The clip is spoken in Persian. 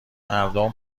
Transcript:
مردم